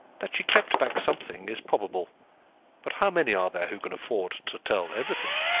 that she kept back something is probable but how many are there who can afford to tell everything?